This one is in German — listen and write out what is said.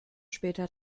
später